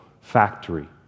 factory